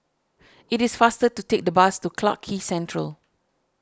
it is faster to take the bus to Clarke Quay Central